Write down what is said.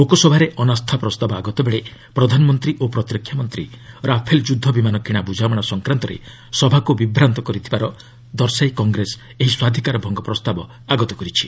ଲୋକସଭାରେ ଅନାସ୍ଥା ପ୍ରସ୍ତାବ ଆଗତବେଳେ ପ୍ରଧାନମନ୍ତ୍ରୀ ଓ ପ୍ରତିରକ୍ଷା ମନ୍ତ୍ରୀ ରାଫେଲ୍ ଯୁଦ୍ଧ ବିମାନ କିଣା ବୁଝାମଣା ସଂକ୍ରାନ୍ତରେ ସଭାକୁ ବିଭ୍ରାନ୍ତ କରିଥିବାର ଦର୍ଶାଇ କଂଗ୍ରେସ ଏହି ସ୍ୱାଧିକାର ଭଙ୍ଗ ପ୍ରସ୍ତାବ ଆଗତ କରିଛି